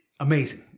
Amazing